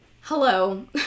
hello